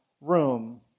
room